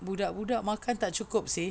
budak-budak makan tak cukup seh